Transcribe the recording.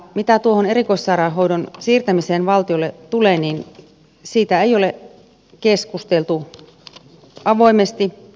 mitä erikoissairaanhoidon siirtämiseen valtiolle tulee niin siitä ei ole keskusteltu avoimesti